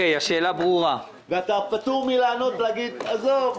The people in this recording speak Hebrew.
אתה פטור מלענות, ולהגיד, עזוב,